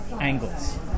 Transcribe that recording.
angles